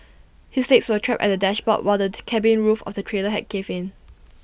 his legs were trapped at the dashboard while the cabin roof of the trailer had caved in